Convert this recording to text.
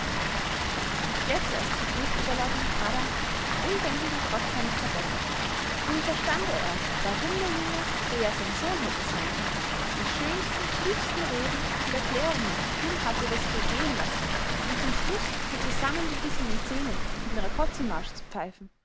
jetzt erst begriff oberleutnant kadar den unbändigen trotz seines kadetten nun verstand er erst warum der junge der ja sein sohn hätte sein können die schönsten klügsten reden und erklärungen stumm hatte über sich ergehen lassen um zum schluß mit zusammengebissenen zähnen den rakoczymarsch zu pfeifen